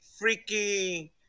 Freaky